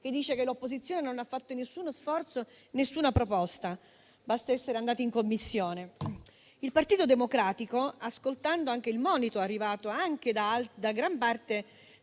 che dice che l'opposizione non ha fatto nessuno sforzo e nessuna proposta. Basta essere andati in Commissione: il Partito Democratico, ascoltando anche il monito che è arrivato da gran parte